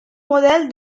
model